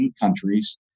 countries